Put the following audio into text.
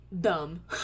Dumb